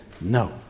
No